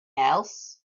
else